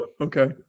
okay